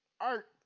art